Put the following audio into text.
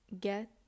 get